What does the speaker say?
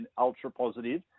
ultra-positive